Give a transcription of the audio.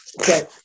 Okay